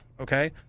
okay